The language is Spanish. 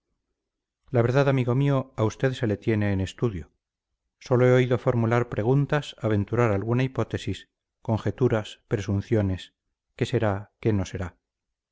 la verdad amigo mío a usted se le tiene en estudio sólo he oído formular preguntas aventurar alguna hipótesis conjeturas presunciones qué será qué no será